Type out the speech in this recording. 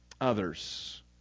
others